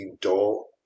dull